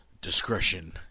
Discretion